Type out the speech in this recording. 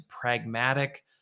pragmatic